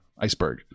Iceberg